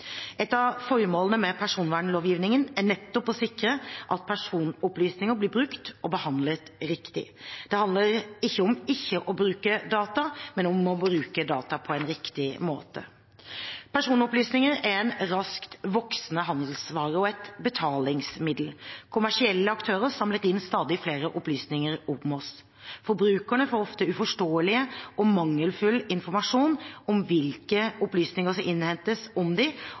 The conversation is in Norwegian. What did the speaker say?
Et av formålene med personvernlovgivningen er nettopp å sikre at personopplysninger blir brukt og behandlet riktig. Det handler ikke om ikke å bruke data, men om å bruke data på en riktig måte. Personopplysninger er en raskt voksende handelsvare og et betalingsmiddel. Kommersielle aktører samler inn stadig flere opplysninger om oss. Forbrukerne får ofte uforståelig og mangelfull informasjon om hvilke opplysninger som innhentes om dem, og hvordan disse brukes. De